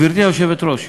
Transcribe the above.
גברתי היושבת-ראש,